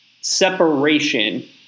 separation